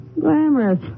Glamorous